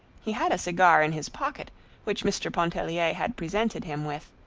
he had a cigar in his pocket which mr. pontellier had presented him with,